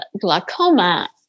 glaucoma